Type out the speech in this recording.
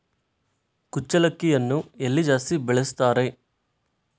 ಕುಚ್ಚಲಕ್ಕಿಯನ್ನು ಎಲ್ಲಿ ಜಾಸ್ತಿ ಬೆಳೆಸ್ತಾರೆ?